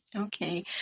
Okay